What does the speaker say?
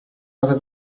other